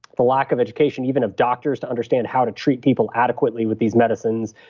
the lack of education even of doctors to understand how to treat people adequately with these medicines,